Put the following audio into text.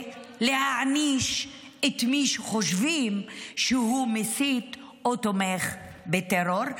להעניש את מי שחושבים שהוא מסית או תומך בטרור,